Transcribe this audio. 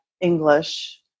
English